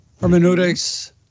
hermeneutics